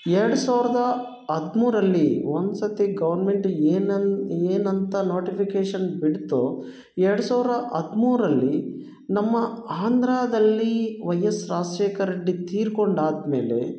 ಎರಡು ಸಾವಿರದ ಹದಿಮೂರರಲ್ಲಿ ಒಂದು ಸರ್ತಿ ಗೌರ್ಮೆಂಟ್ ಏನಂತ ಏನಂತ ನೋಟಿಫಿಕೇಶನ್ ಬಿಡ್ತೋ ಎರಡು ಸಾವಿರ ಹದಿಮೂರರಲ್ಲಿ ನಮ್ಮ ಆಂಧ್ರದಲ್ಲಿ ವೈ ಎಸ್ ರಾಜಶೇಖರ್ ರೆಡ್ಡಿ ತೀರ್ಕೊಂಡಾದ ಮೇಲೆ